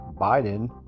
Biden